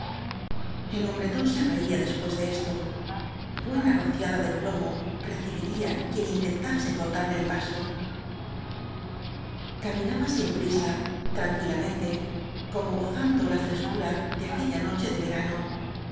el hom bretón se reía después de esto buena rociada de plomo recibiría quien inten tase cortaile el paso caminaba sin prisa tranquilamente como gozando la frescura de aquella noche de vera